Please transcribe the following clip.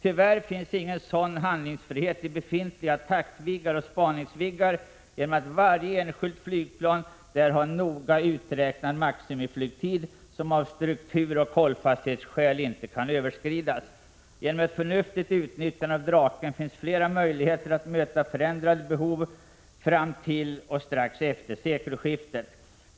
Tyvärr finns ingen sådan handlingsfrihet i befintliga Attackviggar och Spaningsviggar genom att varje enskilt flygplan där har en noga uträknad maximiflygtid som av strukturoch hållfasthetsskäl inte kan överskridas. Genom ett förnuftigt utnyttjande av Draken finns flera möjligheter att möta förändrade behov fram till och strax efter sekelskiftet.